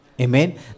amen